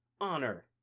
Honor